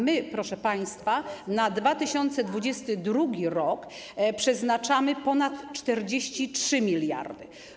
My, proszę państwa, w 2022 r. przeznaczamy ponad 43 mld.